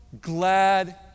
glad